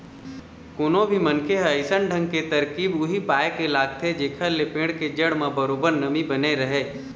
कोनो भी मनखे ह अइसन ढंग के तरकीब उही पाय के लगाथे जेखर ले पेड़ के जड़ म बरोबर नमी बने रहय